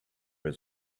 his